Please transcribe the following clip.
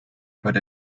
put